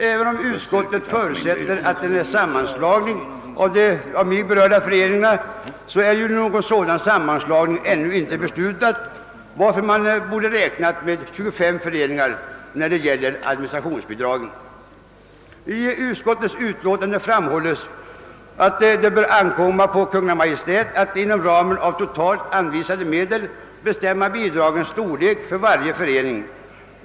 Även om utskottet förutsätter en sammanslagning av de av mig berörda föreningarna, är ju någon sådan sammanslagning ännu inte beslutad, varför man borde ha räknat med 25 föreningar från administrationsbidragssynpunkt. I utskottets utlåtande framhålles, att det bör ankomma på Kungl. Maj:t att inom ramen av de totalt anvisade medlen bestämma bidragens storlek för varje förening.